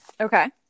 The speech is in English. Okay